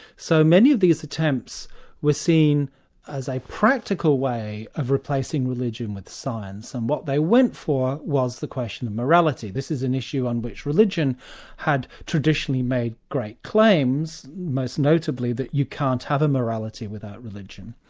so many of these attempts were seen as a practical way of replacing religion with science, and what they went for was the question of morality. this is an issue on which religion had traditionally made great claims, most notably that you can't have a morality without religion.